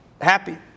happy